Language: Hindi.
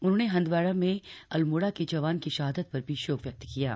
उन्होंने हंदवाड़ा में अल्मोड़ा के जवान की शहादत पर भी शोक व्यक्त किया है